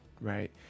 right